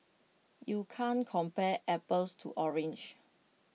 you can't compare apples to oranges